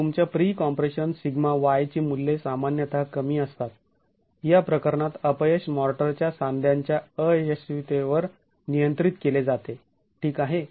मग तुमच्या pre compression sigma y ची मुल्ये सामान्यतः कमी असतात या प्रकरणात अपयश मॉर्टरच्या सांध्यांच्या अयशस्वीतेवर नियंत्रित केले जाते ठीक आहे